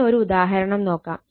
ഇനി ഒരു ഉദാഹരണം നോക്കാം